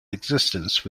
existence